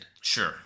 Sure